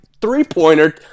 three-pointer